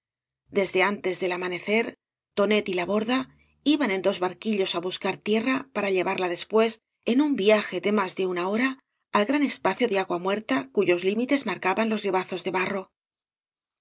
desde antes del amanecer tonet y la borda iban en dos barquillos á buscar tierra para llevarla después en un viaje de más de una hora al gran espacio de agua muerta cuyos límites marcaban los ribazos de barro